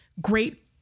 great